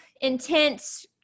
intense